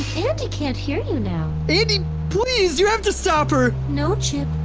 andi can't hear you now andi, please. you have to stop her no, chip.